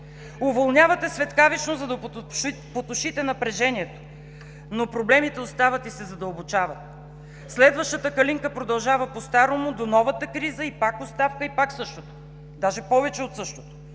Уволнявате светкавично, за да потушите напрежението, но проблемите остават и се задълбочават. Следващата калинка продължава постарому до новата криза и пак оставка, и пак същото. Даже повече от същото.